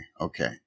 okay